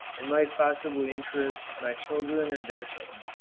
and might possibly interest my children or their children.